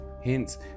hints